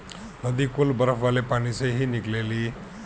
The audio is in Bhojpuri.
नदी कुल बरफ वाले पानी से ही निकलेली